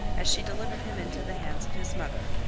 as she delivered him into the hands of his mother.